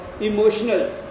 emotional